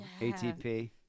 ATP